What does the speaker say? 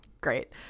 great